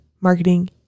marketing